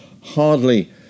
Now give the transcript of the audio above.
hardly